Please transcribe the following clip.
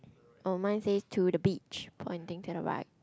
oh mine says to the beach pointing to the right